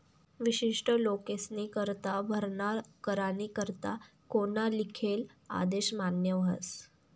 विशिष्ट लोकेस्नीकरता भरणा करानी करता कोना लिखेल आदेश मान्य व्हस